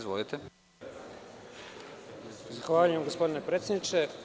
Zahvaljujem gospodine predsedniče.